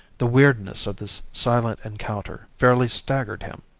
the weirdness of this silent encounter fairly staggered him.